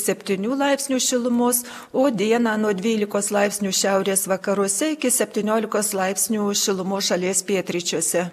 septynių laipsnių šilumos o dieną nuo dvylikos laipsnių šiaurės vakaruose iki septyniolikos laipsnių šilumos šalies pietryčiuose